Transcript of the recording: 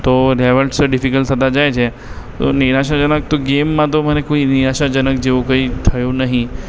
તો levels difficult થતાં જાય છે તો નિરાશાજનક તો ગેમમાં તો મને કોઈ એવી નિરાશાજનક જેવું કંઈ થયું નહીં